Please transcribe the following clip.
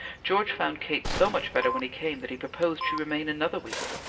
george found kate so much better when he came that he proposed she remain another week.